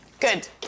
Good